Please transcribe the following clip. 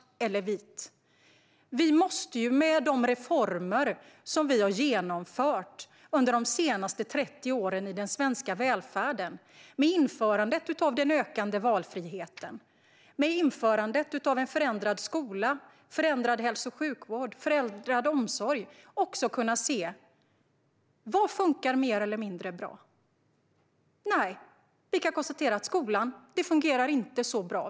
Vi måste ju kunna se vad som funkar mer och mindre bra när det gäller de reformer som vi har genomfört de senaste 30 åren i den svenska välfärden med införandet av den ökade valfriheten, en förändrad skola, en förändrad hälso och sjukvård och en förändrad omsorg. Vi kan konstatera att skolan inte fungerar så bra.